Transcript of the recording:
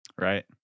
Right